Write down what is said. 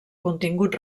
contingut